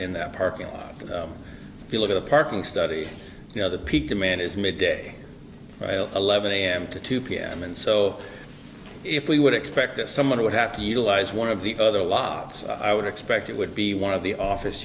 in that parking lot if you look at a parking study the other peak demand is midday eleven am to two pm and so if we would expect that someone would have to utilize one of the other lots i would expect it would be one of the office